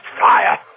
fire